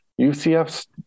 UCF's